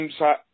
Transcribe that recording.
inside